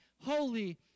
holy